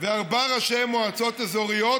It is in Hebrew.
וארבעה ראשי מועצות אזוריות,